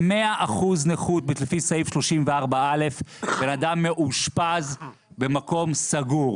ב-100% נכות לפי סעיף 34א בן אדם מאושפז במקום סגור,